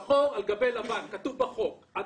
כך כתוב בחוק שחור על גבי לבן.